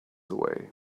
away